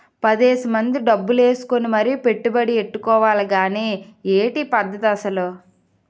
పదేసి మంది డబ్బులు ఏసుకుని మరీ పెట్టుబడి ఎట్టుకోవాలి గానీ ఏటి ఈ పద్దతి అసలు?